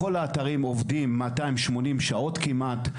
בכל האתרים עובדים 280 שעות כמעט.